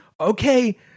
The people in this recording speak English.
okay